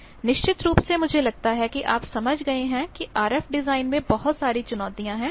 निश्चित रूप से मुझे लगता है कि आप समझ गए हैं कि आरएफ डिजाइन में बहुत सारी चुनौतियां हैं